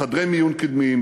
חדרי מיון קדמיים,